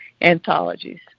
anthologies